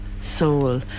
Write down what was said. soul